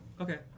Okay